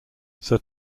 sir